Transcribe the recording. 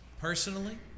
personally